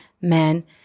man